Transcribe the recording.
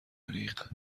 غریق